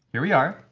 here we are.